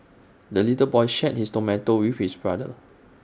the little boy shared his tomato with his brother